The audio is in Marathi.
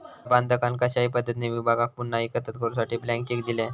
प्रबंधकान कशाही पद्धतीने विभागाक पुन्हा एकत्र करूसाठी ब्लँक चेक दिल्यान